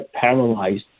paralyzed